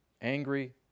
angry